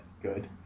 Good